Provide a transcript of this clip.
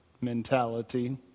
mentality